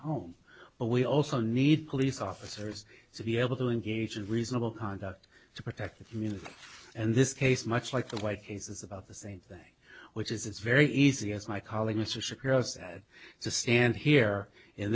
home but we also need police officers to be able to engage in reasonable conduct to protect the community and this case much like the white case is about the same thing which is it's very easy as my colleague mr shapiro said to stand here in